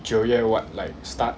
九月 what like start